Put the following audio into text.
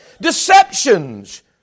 deceptions